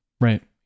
Right